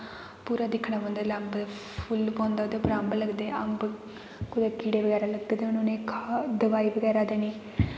पूरा दिक्खना पौंदा जेल्लै अम्ब दे फुल्ल पौंदा ते उप्पर अम्ब लगदे अम्ब कुदै कीड़े बगैरा लग्गे दे होन उ'नें दवाई बगैरा देनी